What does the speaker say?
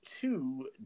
two